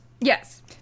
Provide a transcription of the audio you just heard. Yes